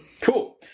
Cool